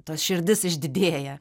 ta širdis išdidėja